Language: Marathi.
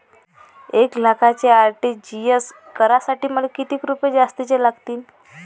एक लाखाचे आर.टी.जी.एस करासाठी मले कितीक रुपये जास्तीचे लागतीनं?